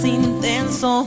intenso